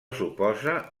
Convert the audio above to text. suposa